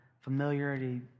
familiarity